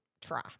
try